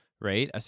right